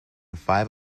five